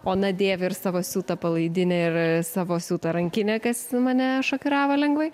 ona dėvi ir savo siūtą palaidinę ir savo siūtą rankinę kas mane šokiravo lengvai